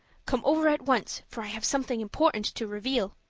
come over at once for i have something important to reveal.